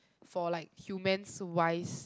for like humans wise